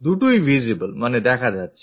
দুটোই visible মানে দেখা যাচ্ছে